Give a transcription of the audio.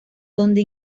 donde